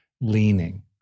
leaning